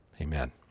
Amen